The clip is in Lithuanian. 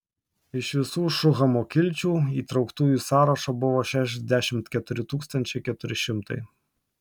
iš visų šuhamo kilčių įtrauktųjų į sąrašą buvo šešiasdešimt keturi tūkstančiai keturi šimtai